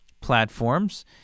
platforms